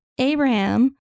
Abraham